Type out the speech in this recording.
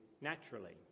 naturally